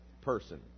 person